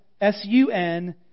S-U-N